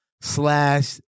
slash